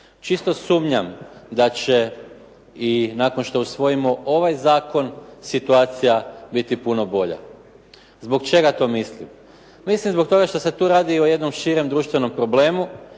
Čisto sumnjam da će i nakon što usvojimo ovaj zakon, situacija biti puno bolja. Zbog čega to mislim? Mislim zbog toga što se tu radi o jednom širem društvenom problemu